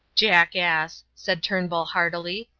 jackass! said turnbull, heartily,